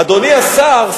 אדוני השר,